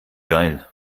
geil